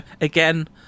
again